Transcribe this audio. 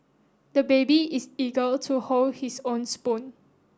the baby is eager to hold his own spoon